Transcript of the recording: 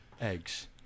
Eggs